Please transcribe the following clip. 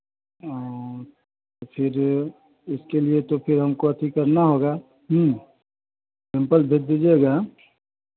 और फिर इसके लिए तो फिर हमको अछि करना होगा सैंपल भेज दीजिएगा